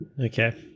Okay